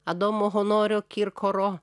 adomo honorio kirkoro